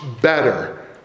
better